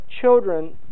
children